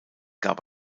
gab